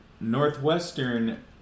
Northwestern